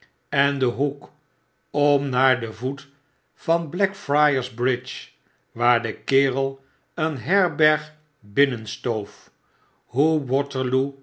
en den hoek om naar den voet van blackfriars bridge waar de kerel een herberg binnenstoof hoe waterloo